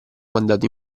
mandato